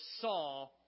saw